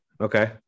Okay